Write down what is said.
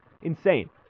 insane